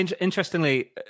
interestingly